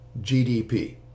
GDP